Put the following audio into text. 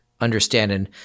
understanding